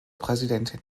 präsidentin